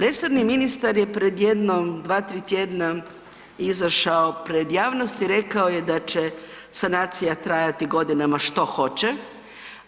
Resorni ministar je pred jedno dva, tri tjedna izašao pred javnost i rekao da će sanacija trajati godinama, što hoće,